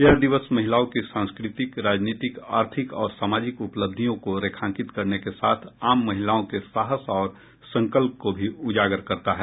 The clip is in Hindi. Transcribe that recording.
यह दिवस महिलाओं की सांस्कृतिक राजनीतिक आर्थिक और सामाजिक उपलब्धियों को रेखांकित करने के साथ है आम महिलाओं के साहस और संकल्प को भी उजागर करता है